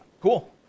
Cool